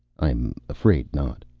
i'm afraid not.